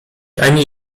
ani